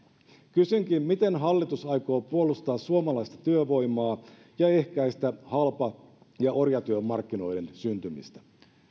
kysynkin miten hallitus aikoo puolustaa suomalaista työvoimaa ja ehkäistä halpa ja orjatyömarkkinoiden syntymistä